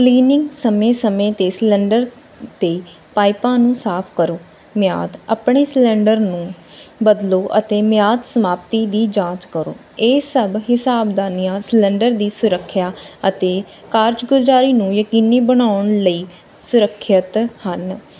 cleaning ਸਮੇਂ ਸਮੇਂ 'ਤੇ ਸਿਲੰਡਰ ਅਤੇ ਪਾਈਪਾਂ ਨੂੰ ਸਾਫ਼ ਕਰੋ ਮਿਆਦ ਆਪਣੇ ਸਿਲੰਡਰ ਨੂੰ ਬਦਲੋ ਅਤੇ ਮਿਆਦ ਸਮਾਪਤੀ ਦੀ ਜਾਂਚ ਕਰੋ ਇਹ ਸਭ ਹਿਸਾਬਦਾਨੀਆਂ ਸਲੰਡਰ ਦੀ ਸੁਰੱਖਿਆ ਅਤੇ ਕਾਰਜ ਗੁਰਜਾਰੀ ਨੂੰ ਯਕੀਨੀ ਬਣਾਉਣ ਲਈ ਸੁਰੱਖਿਆ ਹਨ